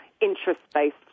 interest-based